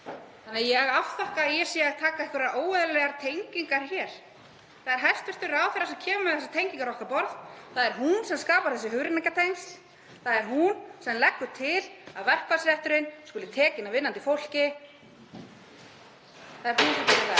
Þannig að ég afþakka að ég sé með einhverjar óeðlilegar tengingar hér. Það er hæstv. ráðherra sem kemur með þessar tengingar á okkar borð. Það er hún sem skapar þessi hugrenningatengsl. Það er hún sem leggur til að verkfallsrétturinn skuli tekinn af vinnandi fólki. Það er hún sem gerir það.